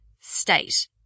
state